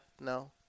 No